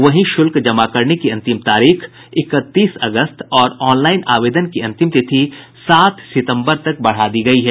वहीं शुल्क जमा करने की अंतिम तारीख इकतीस अगस्त और ऑनलाईन आवेदन की अंतिम तिथि सात सितम्बर तक बढ़ा दी गयी है